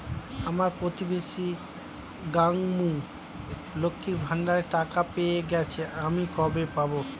আমার প্রতিবেশী গাঙ্মু, লক্ষ্মীর ভান্ডারের টাকা পেয়ে গেছে, আমি কবে পাব?